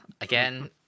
again